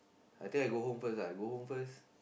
I think I go home first lah I go home first